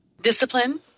Discipline